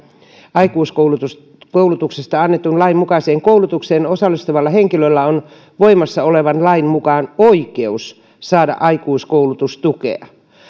aikuiskoulutuksesta annetun lain mukaiseen koulutukseen osallistuvalla henkilöllä on voimassa olevan lain mukaan oikeus saada aikuiskoulutustukea